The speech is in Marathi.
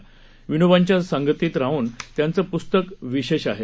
विनोबांच्या संगतीत हे त्यांचं पुस्तक विशेष आहे